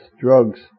drugs